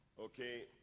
okay